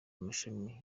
amashami